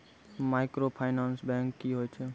Microfinance bank की होय छै?